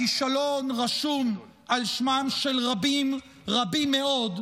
הכישלון רשום על שמם של רבים, רבים מאוד,